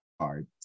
card